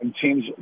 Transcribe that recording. teams